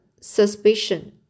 suspicion